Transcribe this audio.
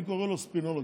אני קורא לו "ספינולוג",